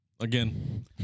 Again